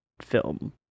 film